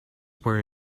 were